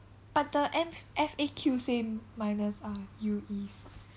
but the M F_A_Q say minors are U_Es